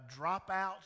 dropouts